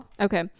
Okay